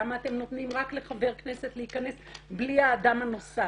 למה אתם נותנים רק לחבר כנסת להיכנס בלי האדם הנוסף.